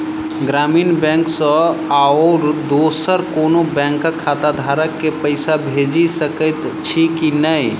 ग्रामीण बैंक सँ आओर दोसर कोनो बैंकक खाताधारक केँ पैसा भेजि सकैत छी की नै?